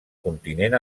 continent